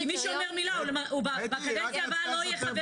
כי מי שאומר מילה בקדנציה הבאה הוא לא יהיה חבר